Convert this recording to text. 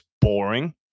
boring